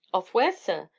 off where, sir?